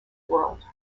world